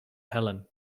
helene